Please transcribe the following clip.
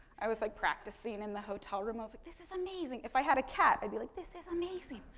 i was like practicing in the hotel room, i was like this is amazing. if i had a cat, i'd be like this is amazing,